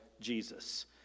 Jesus